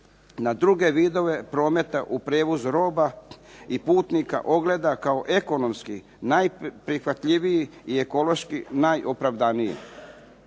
na druge vidove prometa u prijevoz roba i putnika ogleda kao ekonomski najprihvatljivi i ekološki najopravdaniji.